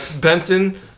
Benson